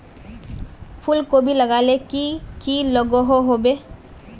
फूलकोबी लगाले की की लागोहो होबे?